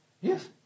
Yes